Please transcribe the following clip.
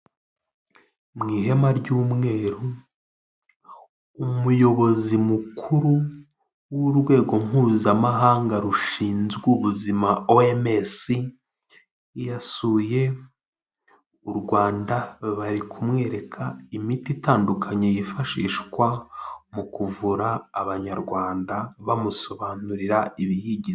Mu ihema ry'umweru umuyobozi mukuru w'urwego mpuzamahanga rushinzwe ubuzima oms, yasuye u Rwanda, bari kumwereka imiti itandukanye yifashishwa mu kuvura abanyarwanda, bamusobanurira ibiyigize.